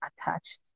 attached